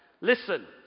Listen